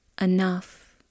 Enough